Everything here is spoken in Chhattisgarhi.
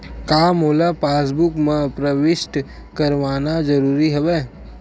का मोला पासबुक म प्रविष्ट करवाना ज़रूरी हवय?